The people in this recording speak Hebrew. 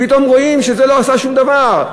פתאום רואים שזה לא עשה שום דבר.